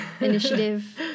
initiative